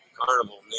carnival